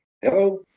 Hello